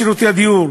שירותי הדיור,